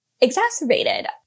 exacerbated